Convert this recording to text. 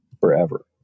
forever